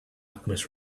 alchemist